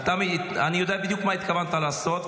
אני יודע בדיוק מה התכוונת לעשות,